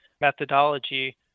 methodology